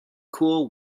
cool